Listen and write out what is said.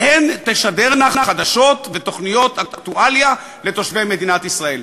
והן תשדרנה חדשות ותוכניות אקטואליה לתושבי מדינת ישראל.